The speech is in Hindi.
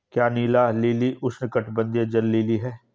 क्या नीला लिली उष्णकटिबंधीय जल लिली है?